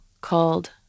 called